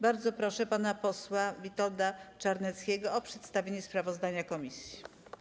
Bardzo proszę pana posła Witolda Czarneckiego o przedstawienie sprawozdania komisji.